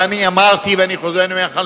ואני אמרתי ואני חוזר ואני אומר לך,